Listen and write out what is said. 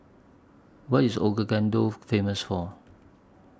What IS Ouagadou Famous For